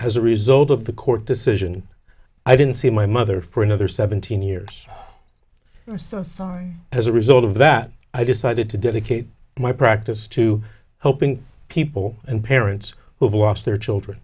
as a result of the court decision i didn't see my mother for another seventeen years i'm so sorry as a result of that i decided to dedicate my practice to helping people and parents who've lost their children